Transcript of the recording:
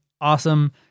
awesome